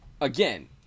again